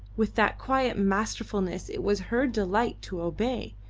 with that quiet masterfulness it was her delight to obey,